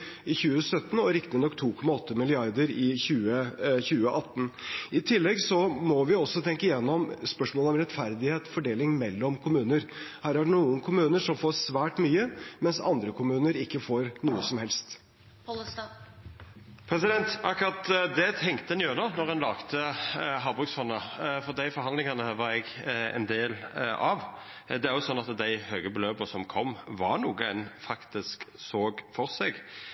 i 2017 og riktignok 2,8 mrd. kr i 2018. I tillegg må vi også tenke igjennom spørsmålet om rettferdig fordeling mellom kommuner. Her er det noen kommuner som får svært mye, mens andre kommuner ikke får noe som helst. Akkurat det tenkte ein igjennom då ein lagde havbruksfondet – dei forhandlingane var eg ein del av. Dei høge beløpa som kom, var noko ein faktisk såg føre seg.